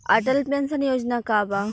Atal pension Yojana का बा?